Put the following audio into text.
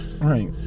Right